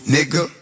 Nigga